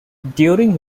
during